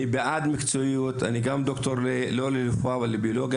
אני ד"ר לביולוגיה.